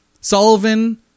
Sullivan